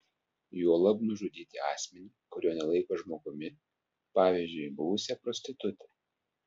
juolab nužudyti asmenį kurio nelaiko žmogumi pavyzdžiui buvusią prostitutę